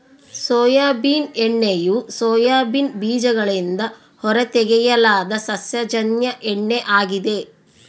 soybean ಎಣ್ಣೆಯು soybean ಬೀಜಗಳಿಂದ ಹೊರತೆಗೆಯಲಾದ ಸಸ್ಯಜನ್ಯ ಎಣ್ಣೆ ಆಗಿದೆ